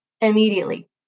immediately